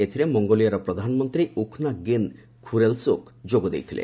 ଏଥିରେ ମଙ୍ଗୋଲିଆର ପ୍ରଧାନମନ୍ତ୍ରୀ ଉଖ୍ନା ଗିନ୍ ଖୁରେଲସୁଖ୍ ଯୋଗଦେଇଥିଲେ